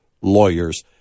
lawyers